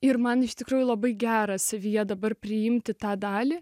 ir man iš tikrųjų labai gera savyje dabar priimti tą dalį